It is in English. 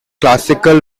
classical